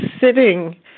sitting